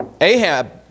Ahab